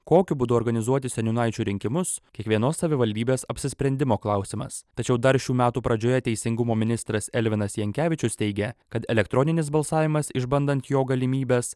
kokiu būdu organizuoti seniūnaičių rinkimus kiekvienos savivaldybės apsisprendimo klausimas tačiau dar šių metų pradžioje teisingumo ministras elvinas jankevičius teigia kad elektroninis balsavimas išbandant jo galimybes